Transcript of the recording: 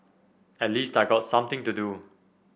at least I got something to do